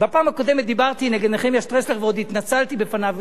בפעם הקודמת דיברתי נגד נחמיה שטרסלר ועוד התנצלתי בפניו,